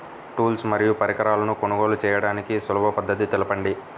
Tools మరియు పరికరాలను కొనుగోలు చేయడానికి సులభ పద్దతి తెలపండి?